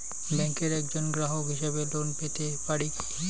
ব্যাংকের একজন গ্রাহক হিসাবে লোন পেতে পারি কি?